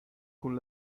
con